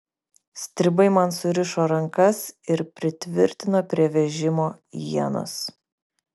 stribai man surišo rankas ir pritvirtino prie vežimo ienos